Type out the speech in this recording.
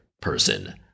person